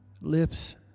Lips